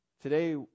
Today